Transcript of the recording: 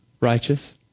righteous